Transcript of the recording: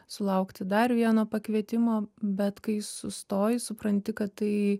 sulaukti dar vieno pakvietimo bet kai sustoji supranti kad tai